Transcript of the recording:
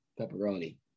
pepperoni